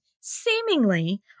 seemingly